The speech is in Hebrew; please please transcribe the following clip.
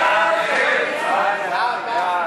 ההסתייגות (13) של קבוצת סיעת רשימה המשותפת